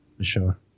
Sure